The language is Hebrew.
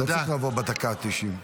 לא צריך לבוא בדקה ה-90.